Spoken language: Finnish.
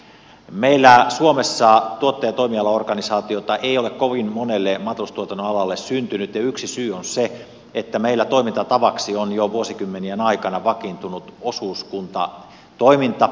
meillä suomessa tuottajatoimiala organisaatiota ei ole kovin monelle maataloustuotannon alalle syntynyt ja yksi syy on se että meillä toimintatavaksi on jo vuosikymmenien aikana vakiintunut osuuskuntatoiminta